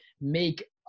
make